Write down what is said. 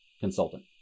consultant